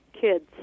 kids